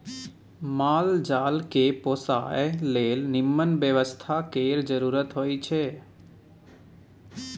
माल जाल केँ पोसय लेल निम्मन बेवस्था केर जरुरत होई छै